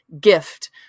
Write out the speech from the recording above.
gift